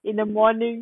in the morning